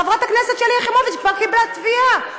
חברת הכנסת שלי יחימוביץ כבר קיבלה תביעה.